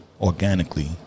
organically